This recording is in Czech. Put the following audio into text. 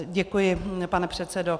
Děkuji, pane předsedo.